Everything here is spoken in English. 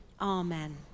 amen